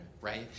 right